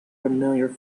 familiar